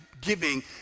giving